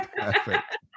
Perfect